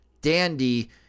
dandy